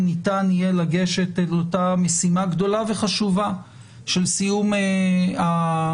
ניתן יהיה לגשת אל אותה משימה גדולה וחשובה של סיום המפעל